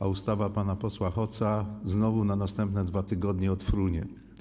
A ustawa pana posła Hoca znowu na następne dwa tygodnie odfrunie.